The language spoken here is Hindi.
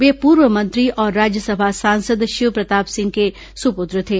वे पूर्व मंत्री और राज्यसभा सांसद शिवप्रताप सिंह के सुपुत्र थे